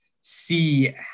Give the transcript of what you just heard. see